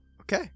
Okay